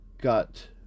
got